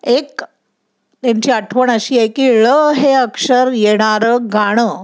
एक त्यांची आठवण अशी आहे की ळ हे अक्षर येणारं गाणं